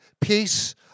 Peace